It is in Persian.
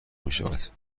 میشود